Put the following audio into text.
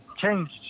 changed